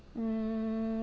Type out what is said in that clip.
mm